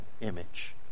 image